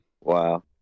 Wow